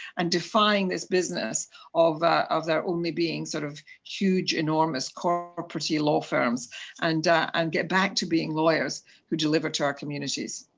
and defying this business of of there only being sort of huge enormous corporatey law firms and and get back to being lawyers who deliver to our communities.